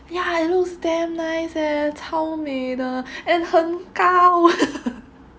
ya I know is damn nice eh 超美的 and 很高